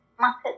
market